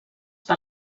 per